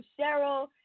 Cheryl